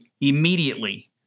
immediately